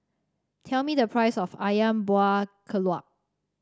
tell me the price of ayam Buah Keluak